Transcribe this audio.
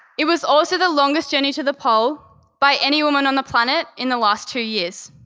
it was also the longest journey to the pole by any woman on the planet in the last two years.